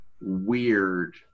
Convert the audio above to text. weird